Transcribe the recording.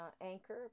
anchor